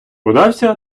удався